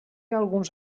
alguns